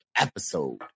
episode